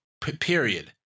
Period